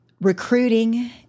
recruiting